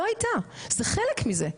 לאו הייתה זה חלק מזה,